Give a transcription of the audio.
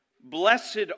Blessed